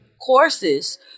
courses